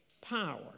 power